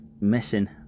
missing